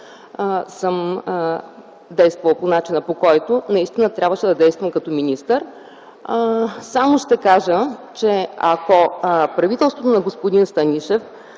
съм действала по начина, по който наистина трябваше да действам като министър. Само ще кажа, че ако правителството на господин Станишев